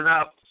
up